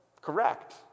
correct